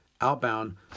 outbound